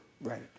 Right